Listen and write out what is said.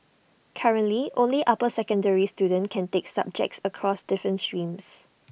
currently only upper secondary students can take subjects across different streams